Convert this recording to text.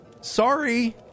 sorry